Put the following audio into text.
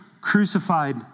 crucified